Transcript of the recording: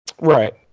Right